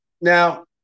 now